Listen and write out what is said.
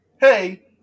hey